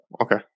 Okay